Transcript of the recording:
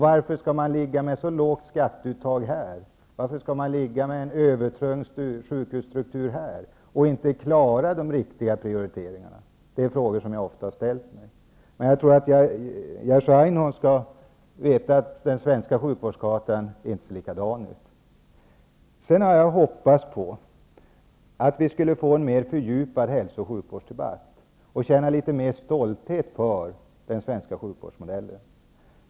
Varför skall man ligga med så lågt skatteuttag här? Varför skall man ligga med en övertung sjukhusstruktur och inte klara de riktiga prioriteringarna? Det är frågor som jag ofta har ställt mig. Men jag tycker att Jerzy Einhorn skall veta att den svenska sjukvårdskartan inte ser likadan ut överallt. Jag hade hoppats att vi skulle få en mera fördjupad hälso och sjukvårdsdebatt och känna litet mera stolthet över den svenska sjukvårdsmodellen.